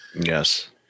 Yes